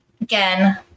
again